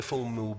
איפה הוא מעובד,